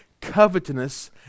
covetousness